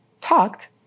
talked